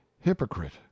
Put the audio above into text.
hypocrite